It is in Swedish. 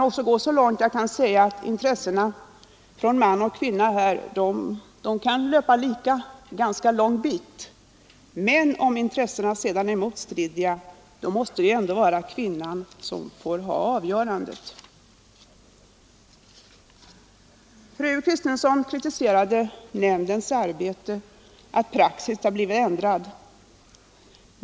Ja, jag kan gå så långt att jag säger att intressena för man och kvinna kan löpa jämsides ett ganska långt stycke, men om de sedan blir motstridiga måste det ändå vara kvinnan som har avgörandet. Fru Kristensson kritiserade att praxis genom socialpsykiatriska nämndens arbete har blivit ändrat.